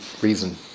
reason